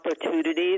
opportunities